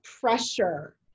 pressure